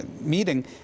meeting